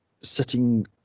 sitting